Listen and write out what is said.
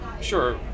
sure